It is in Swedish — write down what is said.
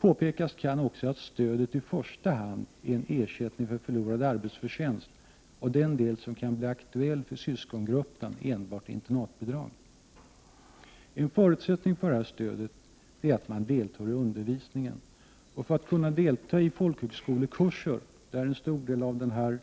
Påpekas kan också att stödet i första hand är en ersättning för förlorad arbetsförtjänst, och den del som kan bli aktuell för syskongruppen är enbart internatbidrag. En förutsättning för det här stödet är att man deltar i undervisningen, och för att kunna delta i folkhögskolekurser, där en stor del av den